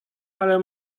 ale